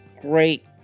great